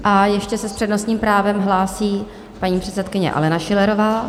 A ještě se s přednostním právem hlásí paní předsedkyně Alena Schillerová.